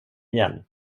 igen